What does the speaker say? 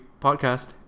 podcast